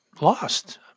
lost